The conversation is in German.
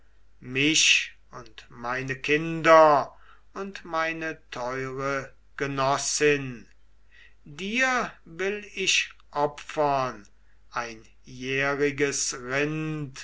mich und meine kinder und meine teure genossin dir will ich opfern ein